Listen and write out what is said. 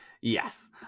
Yes